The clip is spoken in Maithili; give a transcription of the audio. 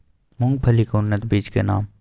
मूंगफली के उन्नत बीज के नाम?